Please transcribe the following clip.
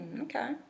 okay